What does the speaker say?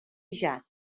jazz